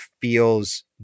feels